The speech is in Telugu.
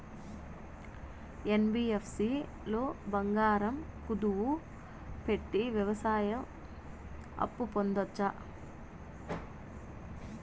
యన్.బి.యఫ్.సి లో బంగారం కుదువు పెట్టి వ్యవసాయ అప్పు పొందొచ్చా?